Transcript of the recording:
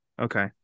okay